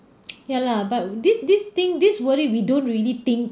ya lah but this this thing this worry we don't really think